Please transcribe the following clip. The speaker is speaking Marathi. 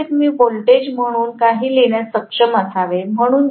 एकंदरीत मी व्होल्टेज म्हणून लिहिण्यास सक्षम असावे